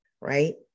right